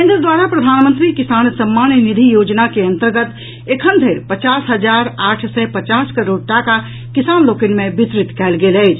केन्द्र द्वारा प्रधानमंत्री किसान सम्मान निधि योजना के अंतर्गत एखन धरि पचास हजार आठ सय पचास करोड़ टाका किसान लोकनि मे वितरित कयल गेल अछि